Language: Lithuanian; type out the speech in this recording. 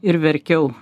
ir verkiau